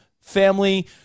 family